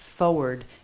forward